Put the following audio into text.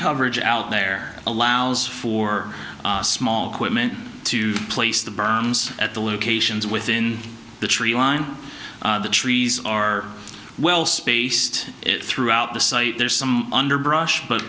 coverage out there allows for small quitman to place the berms at the locations within the tree line the trees are well spaced throughout the site there's some underbrush but